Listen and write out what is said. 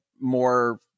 more